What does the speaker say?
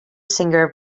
singer